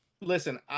Listen